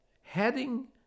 heading